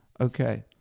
Okay